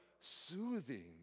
soothing